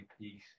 peace